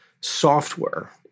software